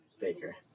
Baker